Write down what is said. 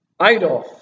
idolf